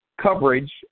Coverage